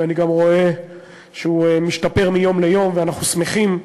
ואני גם רואה שהוא משתפר מיום ליום, ואנחנו שמחים.